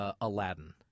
Aladdin